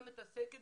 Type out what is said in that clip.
מתעסקת